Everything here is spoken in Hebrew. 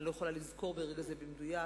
אני לא יכולה לזכור ברגע זה במדויק,